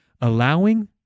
allowing